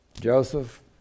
Joseph